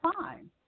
fine